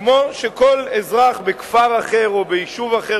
כמו שכל אזרח בכפר אחר או ביישוב אחר